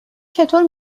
چطور